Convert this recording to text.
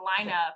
lineup